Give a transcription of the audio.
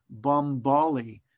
Bombali